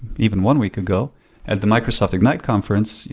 even one week ago at the microsoft ignite conference, you